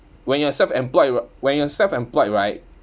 when you're self employed w~ when you're self employed right